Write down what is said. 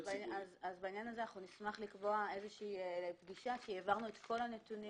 בעניין הזה נשמח לקבוע פגישה כי העברנו את כל הנתונים,